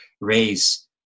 raise